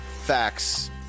Facts